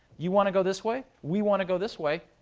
you want to go this way? we want to go this way.